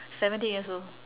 seventeen years old